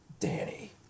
Danny